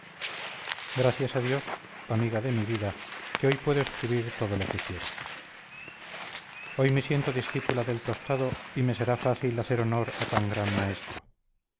gracias a dios amiga de mi vida que hoy puedo escribir todo lo que quiera hoy me siento discípula del tostado y me será fácil hacer honor a tan gran maestro